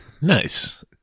nice